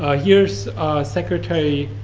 ah here's secretary